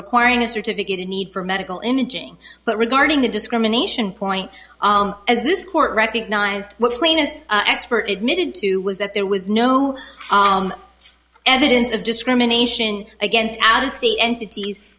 requiring a certificate or need for medical imaging but regarding the discrimination point as this court recognized what plaintiffs expert admitted to was that there was no evidence of discrimination against out of state entities